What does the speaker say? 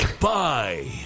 Bye